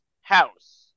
house